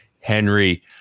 Henry